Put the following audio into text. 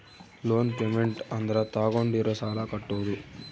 loan payment ಅಂದ್ರ ತಾಗೊಂಡಿರೋ ಸಾಲ ಕಟ್ಟೋದು